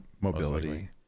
mobility